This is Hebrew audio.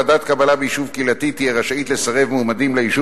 ועדת קבלה ביישוב קהילתי תהיה רשאית לסרב למועמדים ליישוב